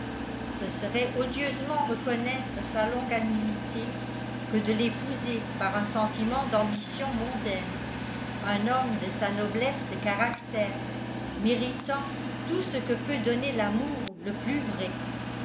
ce serait odieusement reconnaître sa longanimité que de l'épouser par un sentiment d'ambition mondaine un homme de sa noblesse de caractère méritant tout ce que peut donner l'amour le plus vrai